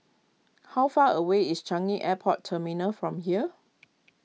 how far away is Changi Airport Terminal from here